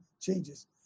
changes